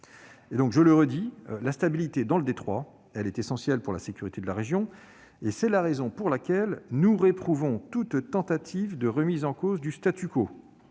Je le redis : la stabilité dans le détroit est essentielle pour la sécurité de la région ; c'est la raison pour laquelle nous réprouvons toute tentative de remise en cause du de même